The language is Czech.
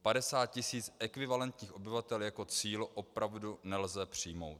Padesát tisíc ekvivalentních obyvatel jako cíl opravdu nelze přijmout.